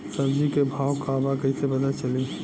सब्जी के भाव का बा कैसे पता चली?